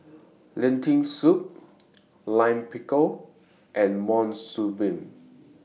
Lentil Soup Lime Pickle and Monsunabe